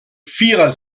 vierer